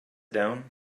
down